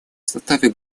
составе